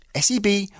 SEB